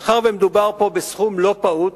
מאחר שמדובר פה בסכום לא פעוט,